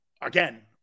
Again